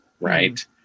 Right